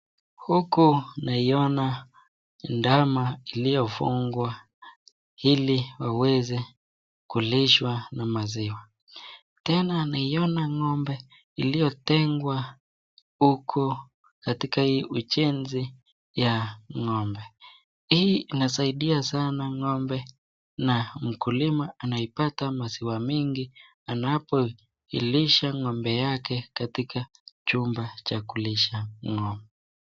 Huku naiona ndama iliyofungwa hili waweze kulishwa na maziwa. Tena naoina ng'ombe iliyotengwa huko katika ii ujenzi ya ng'ombe . Hii inasaidia sana ng'ombe na mkuliwa anaipata maziwa mingi anapoilisha ng'ombe yake katika chumba cha kulisha ng'ombe.